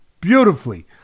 beautifully